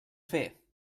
fer